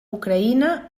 ucraïna